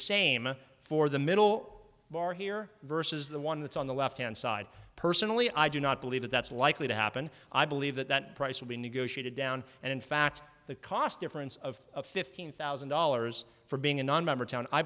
same for the middle bar here versus the one that's on the left hand side personally i do not believe that that's likely to happen i believe that that price will be negotiated down and in fact the cost difference of fifteen thousand dollars for being a non